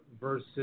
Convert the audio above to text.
versus